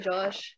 Josh